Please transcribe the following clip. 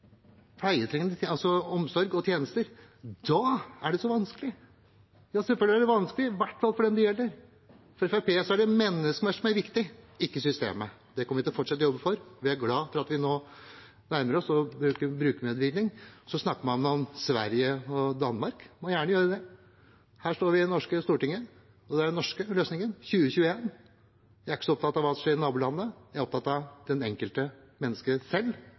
omsorg og tjenester, da er det så vanskelig. Ja, selvfølgelig er det vanskelig, i hvert fall for den det gjelder. For Fremskrittspartiet er det mennesket som er viktig, ikke systemet, og det kommer vi til å fortsette å jobbe for. Vi er glad for at vi nå nærmer oss brukermedvirkning. Så snakker man om Sverige og Danmark, man må gjerne gjøre det, men her står vi i det norske Stortinget for å finne norske løsninger i 2021. Jeg er ikke så opptatt av hva som skjer i nabolandene, jeg er opptatt av at det enkelte menneske selv